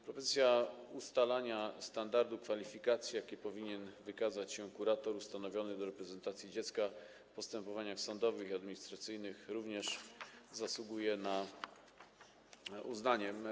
Propozycja ustalenia standardu kwalifikacji, jakimi powinien wykazywać się kurator ustanowiony do reprezentacji dziecka w postępowaniach sądowych i administracyjnych, również zasługuje na uznanie.